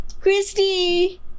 Christy